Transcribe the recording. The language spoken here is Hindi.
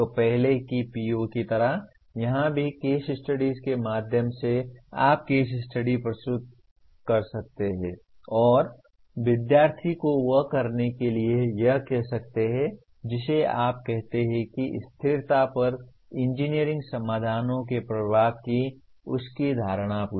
तो पहले के PO की तरह यहां भी केस स्टडीज के माध्यम से आप केस स्टडी प्रस्तुत कर सकते हैं और विद्यार्थी को वह करने के लिए कह सकते हैं जिसे आप कहते हैं कि स्थिरता पर इंजीनियरिंग समाधानों के प्रभाव की उसकी धारणा पूछें